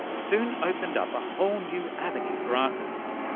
soon opened up a whole new avenue for artists.